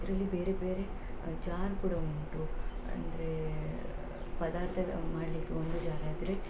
ಇದರಲ್ಲಿ ಬೇರೆ ಬೇರೆ ಜಾರ್ ಕೂಡ ಉಂಟು ಅಂದರೆ ಪದಾರ್ಥ ಮಾಡಲಿಕ್ಕೆ ಒಂದು ಜಾರ್ ಆದರೆ